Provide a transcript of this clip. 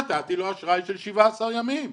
נתתי לו אשראי של 17 ימים.